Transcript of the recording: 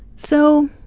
so